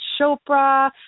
Chopra